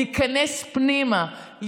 להיכנס פנימה,